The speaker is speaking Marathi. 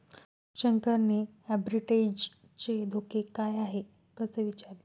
शंकरने आर्बिट्रेजचे धोके काय आहेत, असे विचारले